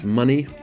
Money